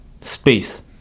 space